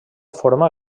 forma